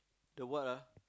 the what ah